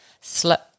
slip